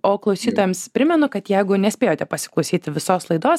o klausytojams primenu kad jeigu nespėjote pasiklausyti visos laidos